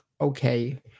okay